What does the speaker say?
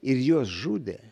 ir juos žudė